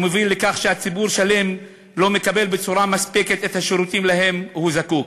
שמוביל לכך שציבור שלם לא מקבל בצורה מספקת את השירותים שלהם הוא זקוק.